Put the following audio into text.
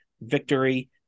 victory